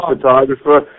photographer